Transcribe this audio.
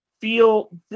feel